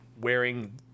wearing